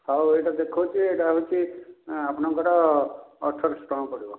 ହଉ ଏଇଟା ଦେଖାଉଛି ଏଇଟା ହେଉଛି ଆପଣଙ୍କର ଅଠରଶହ ଟଙ୍କା ପଡ଼ିବ